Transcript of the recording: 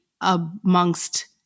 amongst